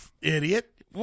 Idiot